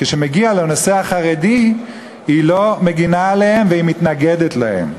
כשמגיעים לנושא החרדי היא לא מגינה עליהם והיא מתנגדת להם.